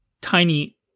tiny